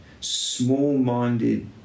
small-minded